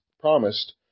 promised